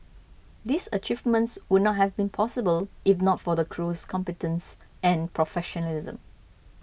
these achievements would not have been possible if not for the crew's competence and professionalism